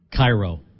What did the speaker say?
Cairo